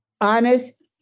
honest